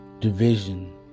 division